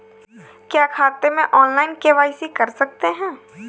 क्या खाते में ऑनलाइन के.वाई.सी कर सकते हैं?